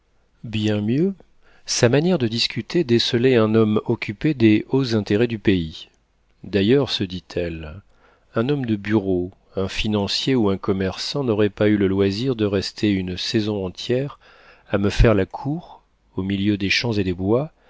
bien mieux sa manière de discuter décelait un homme occupé des hauts intérêts du pays d'ailleurs se dit-elle un homme de bureau un financier ou un commerçant n'aurait pas eu le loisir de rester une saison entière à me faire la cour au milieu des champs et des bois